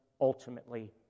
ultimately